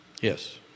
Yes